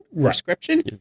prescription